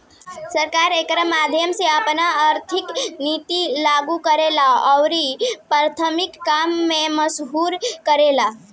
सरकार एकरा माध्यम से आपन आर्थिक निति लागू करेला अउरी प्राथमिक काम के महसूस करेला